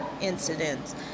incidents